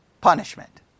Punishment